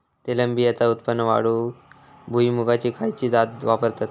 तेलबियांचा उत्पन्न वाढवूक भुईमूगाची खयची जात वापरतत?